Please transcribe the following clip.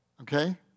okay